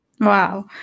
Wow